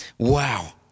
Wow